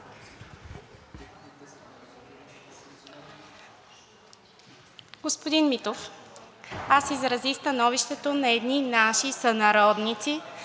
Господин Митов, аз изразих становището на едни наши сънародници,